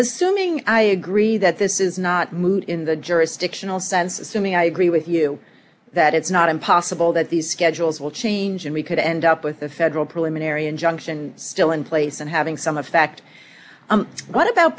assuming i agree that this is not moot in the jurisdictional sense assuming i agree with you that it's not impossible that these schedules will change and we could end up with a federal problem an area injunction still in place and having some effect what about